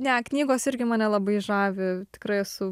ne knygos irgi mane labai žavi tikrai esu